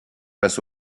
face